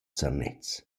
zernez